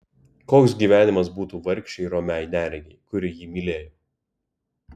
koks gyvenimas būtų vargšei romiai neregei kuri jį mylėjo